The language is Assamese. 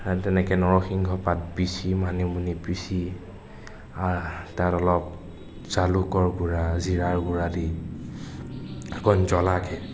তেনেকে নৰসিংহ পাত পিছি মানিমুনি পিছি তাত অলপ জালুকৰ গুৰা জিৰাৰ গুৰা দি অকণ জ্বলাকে